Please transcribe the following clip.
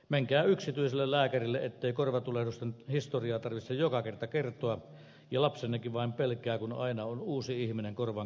menkää yksityiselle lääkärille ettei korvatulehdusten historiaa tarvitse joka kerta kertoa ja lapsennekin vain pelkää kun aina on uusi ihminen korvan kimpussa